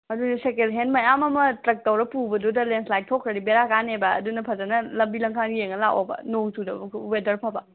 ꯑꯗꯨꯗꯤ ꯁꯦꯀꯦꯟ ꯍꯦꯟ ꯃꯌꯥꯝ ꯑꯃ ꯇ꯭ꯔꯛ ꯇꯧꯔ ꯄꯨꯕꯗꯨꯗ ꯂꯦꯟꯏꯁꯂꯥꯏꯠ ꯊꯣꯛꯈ꯭ꯔꯗꯤ ꯕꯦꯔꯥ ꯀꯥꯅꯦꯕ ꯑꯗꯨꯅ ꯐꯖꯅ ꯂꯝꯕꯤ ꯂꯝꯈꯥꯡꯗꯣ ꯌꯦꯡꯉ ꯂꯥꯛꯑꯣꯕ ꯅꯣꯡ ꯆꯨꯗꯕ ꯋꯦꯗꯔ ꯐꯕ